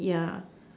yeah